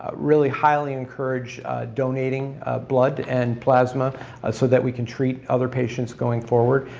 really highly encourage donating blood and plasma so that we can treat other patients going forward.